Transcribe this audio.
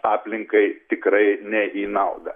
aplinkai tikrai ne į naudą